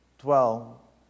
dwell